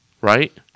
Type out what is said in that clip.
Right